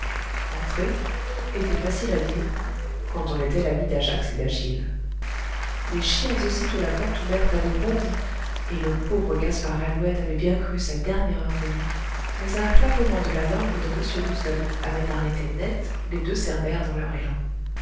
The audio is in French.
entrez était facile à dire quand on était l'ami d'ajax et d'achille les chiens aussitôt la porte ouverte avaient bondi et le pauvre gaspard lalouette avait bien cru sa dernière heure venue mais un clappement de la langue de m loustalot avait arrêté net les deux cerbères dans leur élan